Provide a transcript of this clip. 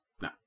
no